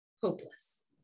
hopeless